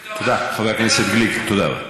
זה ממש, חבר הכנסת גליק, תודה רבה.